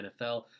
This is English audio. NFL